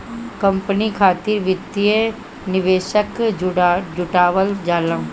company खातिर वित्तीय निवेशक जुटावल जाला